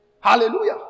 Hallelujah